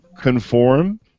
conform